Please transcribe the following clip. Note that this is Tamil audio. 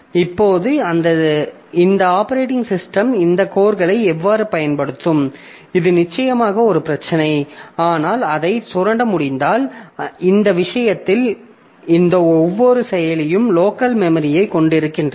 இப்போது இந்த ஆப்பரேட்டிங் சிஸ்டம் இந்த கோர்களை எவ்வாறு பயன்படுத்தும் இது நிச்சயமாக ஒரு பிரச்சினை ஆனால் அதை சுரண்ட முடிந்தால் இந்த விஷயத்தில் இந்த ஒவ்வொரு செயலியும் லோக்கல் மெமரியைக் கொண்டிருக்கின்றன